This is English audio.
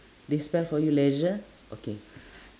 they spell for you leisure okay